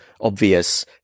obvious